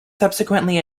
subsequently